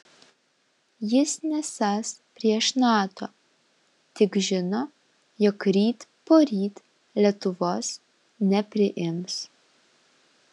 jis nesąs prieš nato tik žino jog ryt poryt lietuvos nepriims